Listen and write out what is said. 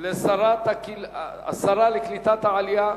לשרה לקליטת העלייה.